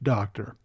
Doctor